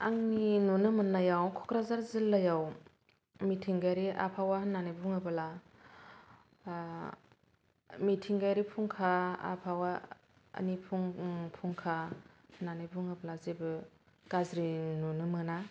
आंनि नुनो मोननायाव क'क्राझार जिल्लायाव मिथिंगायारि आबहावा होननानै बुंङोबोला मिथिंगायारि फुंखा आबहावानि फुंखा होननानै बुंङोब्ला जेबो गाज्रि नुनो मोना